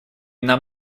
нам